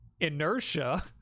inertia